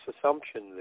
assumption